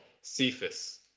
Cephas